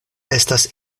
estas